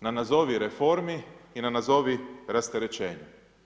na nazovi reformi i na nazovi rasterećenju.